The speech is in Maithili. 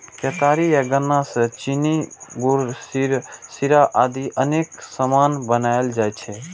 केतारी या गन्ना सं चीनी, गुड़, शीरा आदि अनेक सामान बनाएल जाइ छै